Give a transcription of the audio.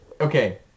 Okay